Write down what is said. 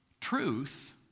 truth